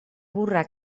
burra